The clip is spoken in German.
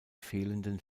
fehlenden